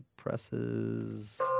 Presses